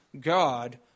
God